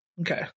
Okay